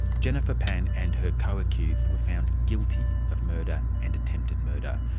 jennifer pan and her co-accused were found guilty of murder and attempted murder.